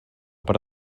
per